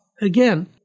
again